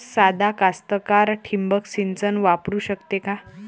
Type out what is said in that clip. सादा कास्तकार ठिंबक सिंचन वापरू शकते का?